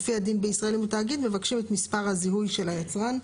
לפי הדין בישראל אם הוא תאגיד מבקשים את מספר הזיהוי של היצרן.